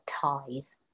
ties